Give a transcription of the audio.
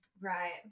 Right